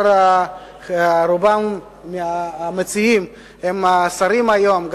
שרובם הם כבר שרים היום,